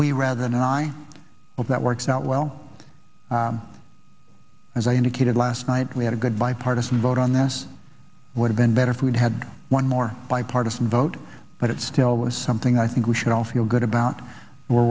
we rather than i of that works out well as i indicated last night we had a good bipartisan vote on this would have been better if we'd had one more bipartisan vote but it still was something i think we should all feel good about we're